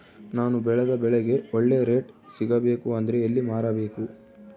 ನಾನು ಬೆಳೆದ ಬೆಳೆಗೆ ಒಳ್ಳೆ ರೇಟ್ ಸಿಗಬೇಕು ಅಂದ್ರೆ ಎಲ್ಲಿ ಮಾರಬೇಕು?